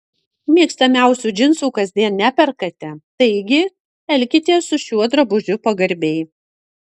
mėgstamiausių džinsų kasdien neperkate taigi elkitės su šiuo drabužiu pagarbiai